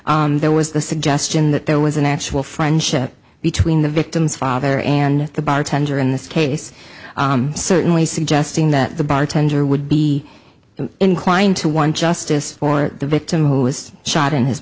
there was the suggestion that there was an actual friendship between the victim's father and the bartender in this case certainly suggesting that the bartender would be inclined to want justice for the victim who was shot in his